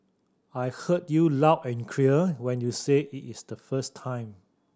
I heard you loud and clear when you said it the first time